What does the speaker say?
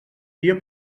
dia